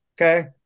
okay